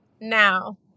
now